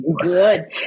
Good